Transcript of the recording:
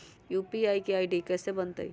UPI के ID कैसे बनतई?